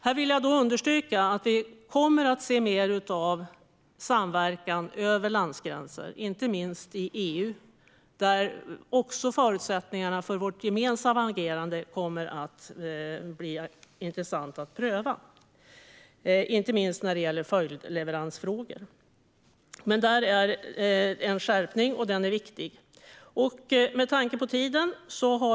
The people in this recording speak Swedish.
Jag vill understryka att vi kommer att se mer av samverkan över landsgränser, inte minst i EU där förutsättningarna för vårt gemensamma agerande kommer att bli intressant att pröva. Det gäller inte minst följdleveransfrågor. Men det är fråga om en skärpning, och den är viktig. Herr talman!